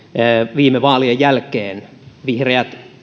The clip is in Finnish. viime vaalien jälkeen vihreät